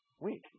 weak